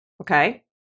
okay